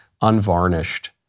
unvarnished